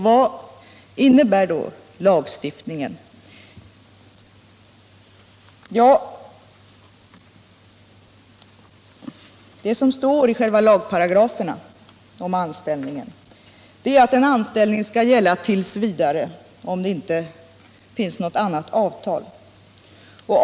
Vad innebär då lagstiftningen? Det som står i själva lagparagrafen är att en anställning skall gälla t. v., om det inte finns något annat avtal.